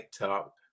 up